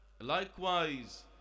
Likewise